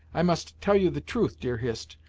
i must tell you the truth, dear hist,